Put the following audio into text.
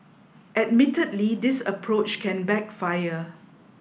admittedly this approach can backfire